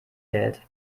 geld